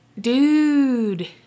Dude